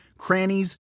crannies